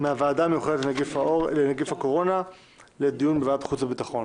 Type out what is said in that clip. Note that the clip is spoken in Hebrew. מהוועדה המיוחדת לנגיף הקורונה לדיון בוועדת חוץ וביטחון.